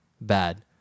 bad